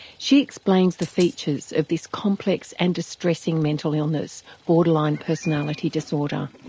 she explains the features of this complex and distressing mental illness, borderline personality disorder.